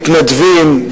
מתנדבים,